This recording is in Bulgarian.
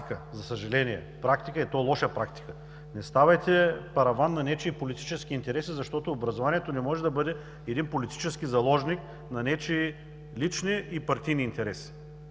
за съжаление, и то лоша практика. Не ставайте параван на нечии политически интереси, защото образованието не може да бъде един политически заложник на нечии лични и партийни интереси.